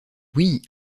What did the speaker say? oui